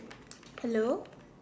hello